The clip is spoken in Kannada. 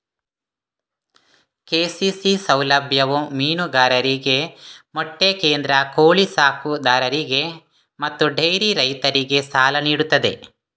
ಕೆ.ಸಿ.ಸಿ ಸೌಲಭ್ಯವು ಮೀನುಗಾರರಿಗೆ, ಮೊಟ್ಟೆ ಕೇಂದ್ರ, ಕೋಳಿ ಸಾಕುದಾರರಿಗೆ ಮತ್ತು ಡೈರಿ ರೈತರಿಗೆ ಸಾಲ ನೀಡುತ್ತದೆ